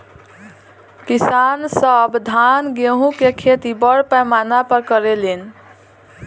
किसान सब धान गेहूं के खेती बड़ पैमाना पर करे लेन